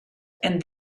and